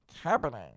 Happening